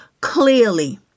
clearly